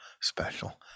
special